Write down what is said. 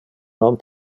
non